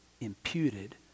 imputed